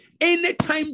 Anytime